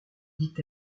dit